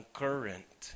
current